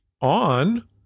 on